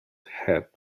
hat